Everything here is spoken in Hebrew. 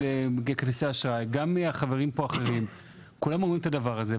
כולם אומרים פה את הדבר הזה,